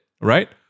right